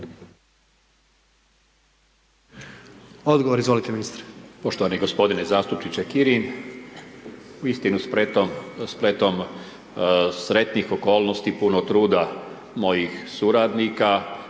Odgovor izvolite ministre.